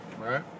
Right